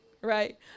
right